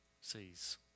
sees